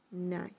nice